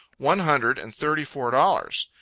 one hundred and thirty four dollars.